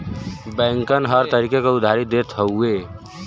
बैंकन हर तरीके क उधारी देत हउए